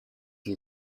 you